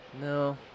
No